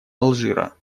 алжира